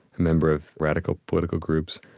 a member of radical political groups.